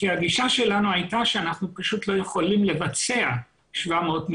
כי הגישה שלנו הייתה שאנחנו פשוט לא יכולים לבצע 700,000,000,